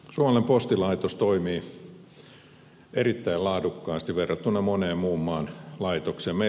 suomen postilaitos toimii erittäin laadukkaasti verrattuna monen muun maan laitokseen